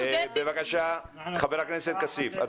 בבקשה, חבר הכנסת כסיף.